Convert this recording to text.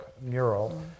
mural